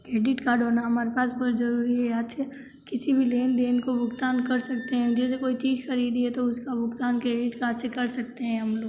credit card होना हमारे पास बहुत ज़रूरी है आज कल किसी भी लेन देन को भुगतान कर सकते है जैसे कोई चीज़ ख़रीदी है तो उसका भुगतान क्रेडिट कार्ड से कर सकते है हम लोग